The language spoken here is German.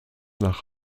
nach